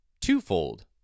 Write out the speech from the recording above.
twofold